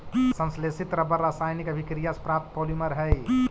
संश्लेषित रबर रासायनिक अभिक्रिया से प्राप्त पॉलिमर हइ